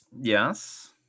Yes